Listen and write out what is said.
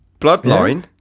Bloodline